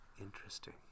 interesting